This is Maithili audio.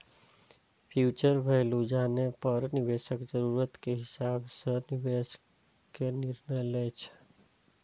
फ्यूचर वैल्यू जानै पर निवेशक जरूरत के हिसाब सं निवेश के निर्णय लै छै